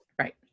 Right